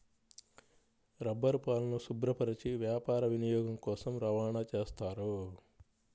రబ్బరుపాలను శుభ్రపరచి వ్యాపార వినియోగం కోసం రవాణా చేస్తారు